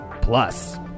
Plus